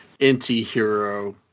anti-hero